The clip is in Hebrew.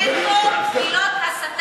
אני מבקשת לדעת מה הוא אמר, חברת הכנסת